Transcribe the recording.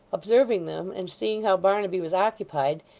observing them, and seeing how barnaby was occupied,